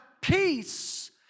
peace